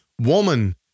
woman